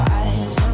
eyes